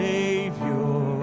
Savior